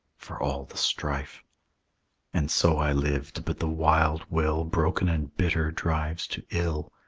for all the strife and so i lived but the wild will, broken and bitter, drives to ill.